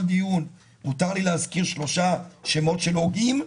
דיון מותר לי להזכיר שלושה שמות של הוגים,